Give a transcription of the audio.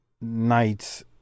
nights